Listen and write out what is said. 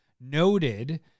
noted